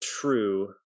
true